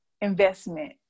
investment